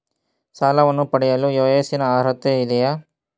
ಸಾಲವನ್ನು ಪಡೆಯಲು ವಯಸ್ಸಿನ ಅರ್ಹತೆ ಇದೆಯಾ?